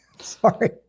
Sorry